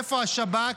איפה השב"כ?